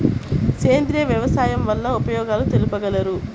సేంద్రియ వ్యవసాయం వల్ల ఉపయోగాలు తెలుపగలరు?